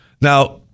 Now